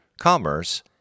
commerce